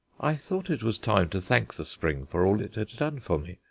i thought it was time to thank the spring for all it had done for me,